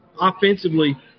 Offensively